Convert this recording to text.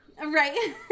Right